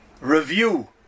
review